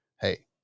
hey